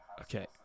Okay